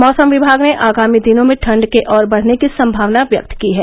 मौसम विभाग ने आगामी दिनों में ठंड के और बढने की संभावना व्यक्त की है